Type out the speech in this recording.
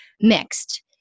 mixed